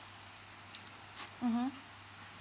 mmhmm